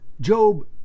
Job